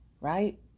right